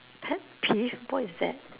pet peeve what is that